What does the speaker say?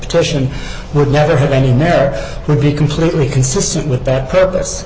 petition would never have any would be completely consistent with that purpose